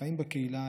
החיים בקהילה,